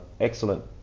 excellent